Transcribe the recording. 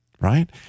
right